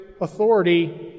authority